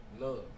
love